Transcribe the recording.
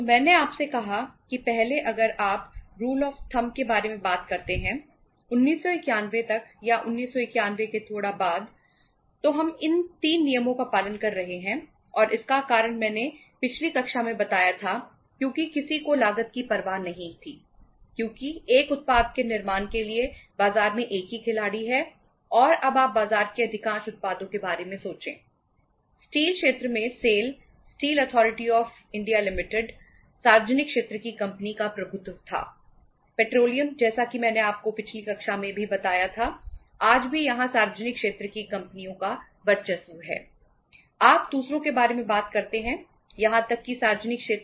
तो मैंने आपसे कहा कि पहले अगर आप रूल्स ऑफ थंब के बारे में बात करते हैं 1991 तक या 1991 के थोड़ा बाद तो हम इन 3 नियमों का पालन कर रहे हैं और इसका कारण मैंने पिछली कक्षा में बताया था क्योंकि किसी को लागत की परवाह नहीं है क्योंकि एक उत्पाद के निर्माण के लिए बाजार में एक ही खिलाड़ी है और अब आप बाजार के अधिकांश उत्पादों के बारे में सोचे